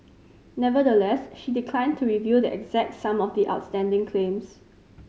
nevertheless she declined to reveal the exact sum of the outstanding claims